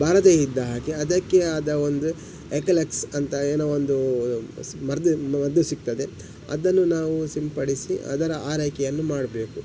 ಬಾರದೇ ಇದ್ದ ಹಾಗೆ ಅದಕ್ಕೆ ಆದ ಒಂದು ಎಕಲೆಕ್ಸ್ ಅಂತ ಏನೋ ಒಂದೂ ಮರ್ದ್ ಮದ್ದು ಸಿಗ್ತದೆ ಅದನ್ನು ನಾವು ಸಿಂಪಡಿಸಿ ಅದರ ಆರೈಕೆಯನ್ನು ಮಾಡಬೇಕು